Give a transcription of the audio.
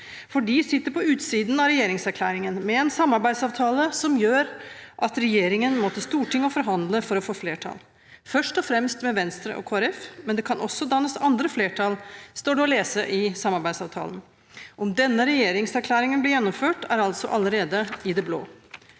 de sitter på utsiden av regjeringserklæringen, med en samarbeidsavtale som gjør at regjeringen må til Stortinget og forhandle for å få flertall – først og fremst med Venstre og Kristelig Folkeparti, men det kan også dannes andre flertall, står det å lese i samarbeidsavtalen. Om denne regjeringserklæringen blir gjennomført, er altså allerede i det blå.